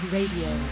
Radio